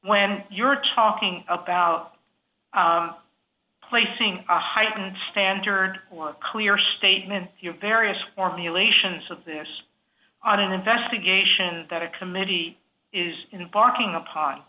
when you're talking about placing a heightened standard of clear statements various formulations of this on an investigation that a committee is in barking upon